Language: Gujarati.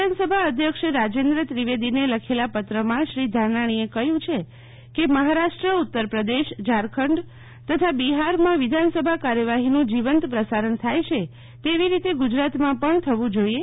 વિધાનસભા અધ્યક્ષ રાજેન્દ્ર ત્રિવેદી ને લખેલા પત્ર માં શ્રી ધાનાણી એ કહ્યું છે કે મહારાષ્ટ્ર ઉત્તર પ્રદેશ ઝારખંડ તથા બિહાર માં વિધાનસભા કાર્યવાહી નું જીવંત પ્રસારણ થાય છે તેવી રીતે ગુજરાત માં પણ થવું જોઈએ